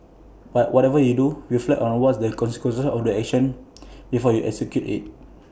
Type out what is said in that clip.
but whatever you do reflect on what's the consequences of your action before you execute IT